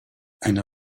eine